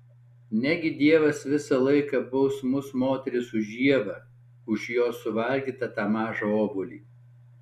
negi dievas visą laiką baus mus moteris už ievą už jos suvalgytą tą mažą obuolį